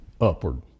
upward